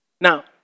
now